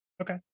Okay